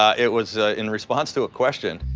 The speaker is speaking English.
it was in response to a question.